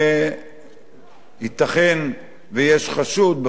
שייתכן שיש חשוד, בכל אופן,